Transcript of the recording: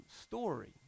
story